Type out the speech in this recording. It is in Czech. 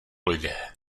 lidé